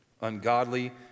ungodly